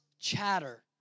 chatter